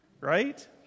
right